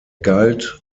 galt